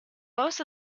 most